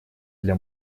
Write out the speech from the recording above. для